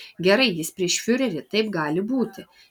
gerai jis prieš fiurerį taip gali būti